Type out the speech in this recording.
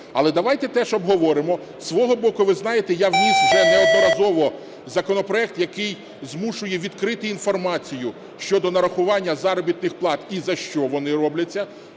Але давайте теж обговоримо. Зі свого боку, ви знаєте, я вніс вже неодноразово законопроект, який змушує відкрити інформацію щодо нарахування заробітних плат і за що вони робляться.